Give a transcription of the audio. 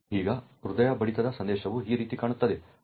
ಈಗ ಹೃದಯ ಬಡಿತದ ಸಂದೇಶವು ಈ ರೀತಿ ಕಾಣುತ್ತದೆ